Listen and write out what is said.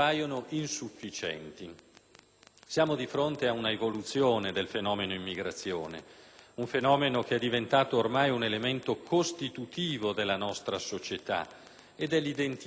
Siamo di fronte a un'evoluzione del fenomeno immigrazione, un fenomeno diventato ormai un elemento costitutivo della nostra società e dell'identità della scuola italiana.